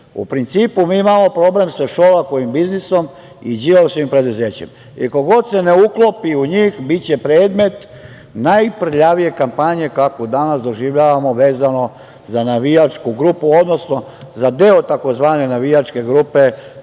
U principu, mi imamo problem sa Šolakovim biznisom i Đilasovim preduzećem i ko god se ne uklopi u njih, biće predmet najprljavije kampanje kakvu danas doživljavamo vezano za navijačku grupu, odnosno za deo tzv. navijačke grupe